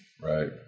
Right